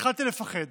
התחלתי לפחד